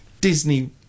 Disney